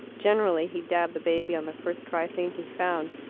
generally he dabbed the baby on the first dry thing he found.